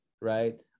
right